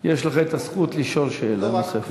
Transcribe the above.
יש לך הזכות לשאול שאלה נוספת.